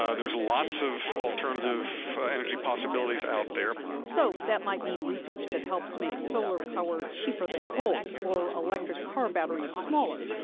ah there's lots of alternative energy possibilities out there so, that might mean research that helps make solar power cheaper than coal, or electric car batteries smaller.